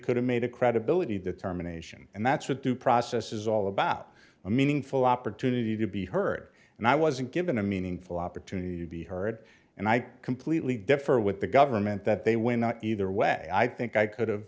could have made a credibility that terminations and that's what due process is all about a meaningful opportunity to be heard and i wasn't given a meaningful opportunity to be heard and i completely differ with the government that they win either way i think i could have